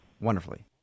wonderfully